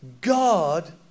God